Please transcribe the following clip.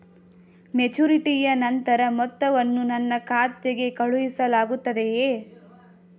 ಮೆಚುರಿಟಿಯ ನಂತರ ಮೊತ್ತವನ್ನು ನನ್ನ ಖಾತೆಗೆ ಕಳುಹಿಸಲಾಗುತ್ತದೆಯೇ?